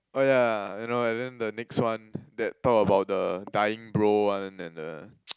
oh yeah I know and then the next one that talk about the dying bro one and the